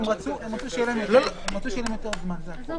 הם רצו שיהיה להם יותר זמן, זה הכול.